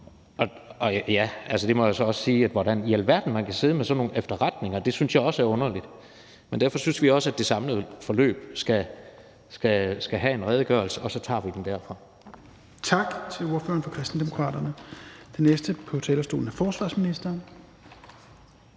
Og ja, altså, jeg må så også sige, at hvordan i alverden man kan sidde med sådan nogle efterretninger, synes jeg også er underligt, og derfor synes vi også, at det samlede forløb skal have en redegørelse, og så tager vi den derfra. Kl. 16:13 Fjerde næstformand (Rasmus Helveg Petersen): Tak til ordføreren for Kristendemokraterne. Den næste på talerstolen er forsvarsministeren.